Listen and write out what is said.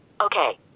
Okay